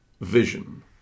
vision